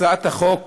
הצעת החוק